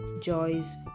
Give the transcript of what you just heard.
joys